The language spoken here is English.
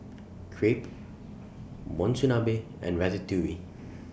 Crepe Monsunabe and Ratatouille